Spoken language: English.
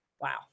Wow